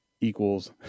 equals